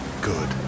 Good